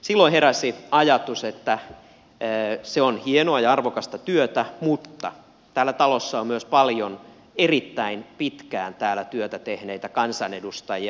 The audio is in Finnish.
silloin heräsi ajatus että se on hienoa ja arvokasta työtä mutta täällä talossa on myös paljon erittäin pitkään täällä työtä tehneitä kansanedustajia